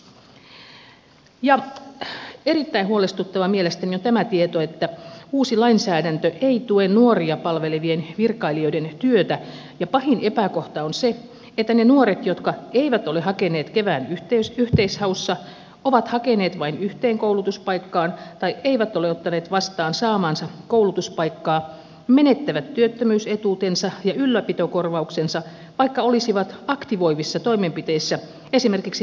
erittäin huolestuttavaa mielestäni on tämä tieto että uusi lainsäädäntö ei tue nuoria palvelevien virkailijoiden työtä ja pahin epäkohta on se että ne nuoret jotka eivät ole hakeneet kevään yhteishaussa ovat hakeneet vain yhteen koulutuspaikkaan tai eivät ole ottaneet vastaan saamaansa koulutuspaikkaa menettävät työttömyysetuutensa ja ylläpitokorvauksensa vaikka olisivat aktivoivissa toimenpiteissä esimerkiksi työpajoilla